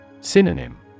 Synonym